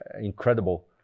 incredible